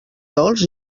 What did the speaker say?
dolç